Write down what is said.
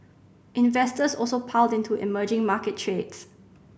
investors also piled into emerging market trades